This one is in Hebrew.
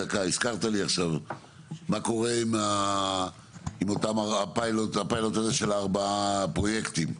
מה קורה עם הפיילוט הזה של ארבעה הפרויקטים?